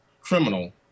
criminal